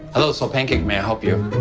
hello, soulpancake, may i help you?